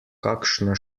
kakšna